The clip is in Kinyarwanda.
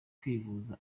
kwivuza